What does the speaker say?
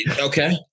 Okay